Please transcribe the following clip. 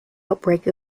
outbreak